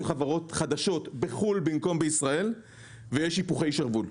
חברות חדשות בחו"ל במקום בישראל; ויש היפוכי שרוול.